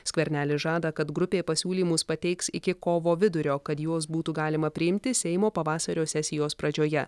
skvernelis žada kad grupė pasiūlymus pateiks iki kovo vidurio kad juos būtų galima priimti seimo pavasario sesijos pradžioje